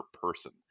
person